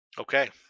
Okay